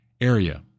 area